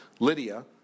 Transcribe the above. Lydia